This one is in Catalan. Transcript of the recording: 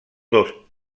dos